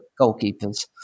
goalkeepers